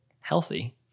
healthy